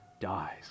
dies